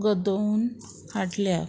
घडोवन हाडल्या